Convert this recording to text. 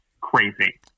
crazy